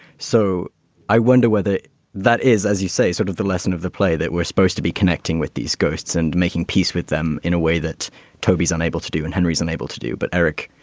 so i wonder whether that is, as you say, sort of the lesson of the play that we're supposed to be connecting with these ghosts and making peace with them in a way that toby's unable to do and henry's unable to do. but, eric,